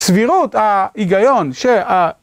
צבירות ההיגיון שה...